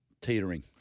teetering